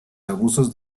abusos